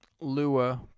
Lua